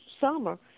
summer